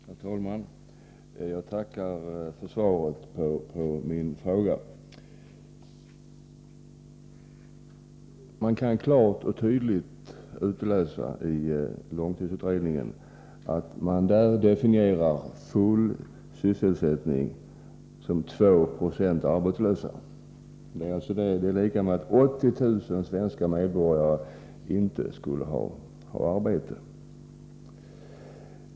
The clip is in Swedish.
Herr talman! Jag tackar för svaret på min fråga. Man kan klart och tydligt utläsa i långtidsutredningen att full sysselsättning där definieras så att 2 20 är arbetslösa. Det är alltså detsamma som att 80 000 svenska medborgare inte skulle ha arbete!